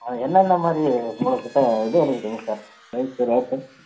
என்னென்ன மாதிரி உங்கக்கிட்ட இது இருக்குதுங்க சார் ரைஸ்ஸு ரேட்டு